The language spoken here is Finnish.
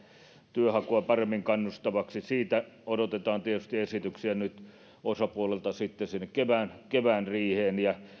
työnhakuun paremmin kannustavaksi odotetaan tietysti esityksiä osapuolilta nyt sitten kevään kevään riiheen ja